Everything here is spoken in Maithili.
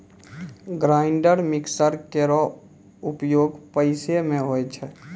ग्राइंडर मिक्सर केरो उपयोग पिसै म होय छै